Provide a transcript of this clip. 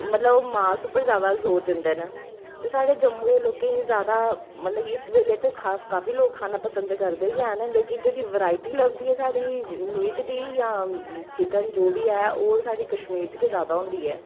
मतलब ओह् मास पर जादा जोर दिंदे न ते साढ़े जम्मू दे लोकें गी जादा मतलब इस बेल्लै ते काफी लोक खाना पसंद करदे गै हैन लेकिन जेह्ड़ी वैरायटी लभदी साढ़े मीट दी जां चिकन जो बी ऐ ओह् साढ़े कश्मीर च गै जादा होंदी ऐ